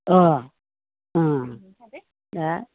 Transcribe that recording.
अ अ आ